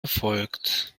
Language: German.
erfolgt